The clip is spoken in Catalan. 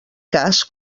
cas